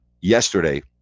yesterday